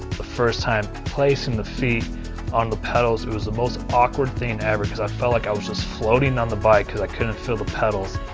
the first time placing the feet on the pedals it was the most awkward thing ever, because i felt like i was just floating on the bike cause i couldn't feel the pedals.